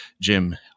jim